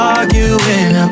Arguing